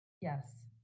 Yes